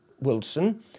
Wilson